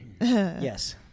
yes